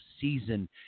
season